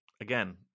again